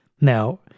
Now